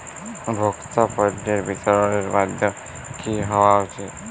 ভোক্তা পণ্যের বিতরণের মাধ্যম কী হওয়া উচিৎ?